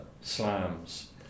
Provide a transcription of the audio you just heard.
slams